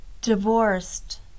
divorced